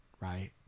right